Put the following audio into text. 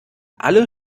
alle